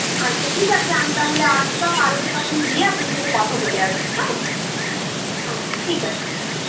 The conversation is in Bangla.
আচ্ছা ঠিক আছে আমি তাহলে আজ বা কালকে তখন গিয়ে আপনার সঙ্গে কথা বলে আসছি কেমন আচ্ছা ঠিক আছে